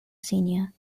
senior